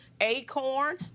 Acorn